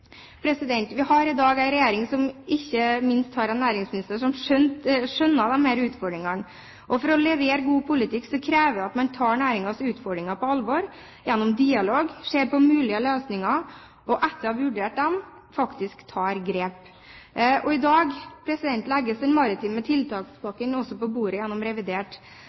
grepene. Vi har i dag en regjering og ikke minst en næringsminister som skjønner disse utfordringene. For å levere god politikk kreves det at man tar næringens utfordringer på alvor, gjennom dialog ser på mulige løsninger, og etter å ha vurdert dem faktisk tar grep. I dag legges også den maritime tiltakspakken på bordet gjennom revidert